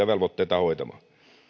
velvoitteitaan hoitamaan